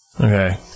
Okay